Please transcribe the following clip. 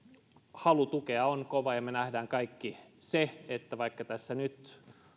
halu tukea on kova ja me näemme kaikki sen että vaikka tässä nyt